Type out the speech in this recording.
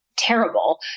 terrible